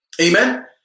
Amen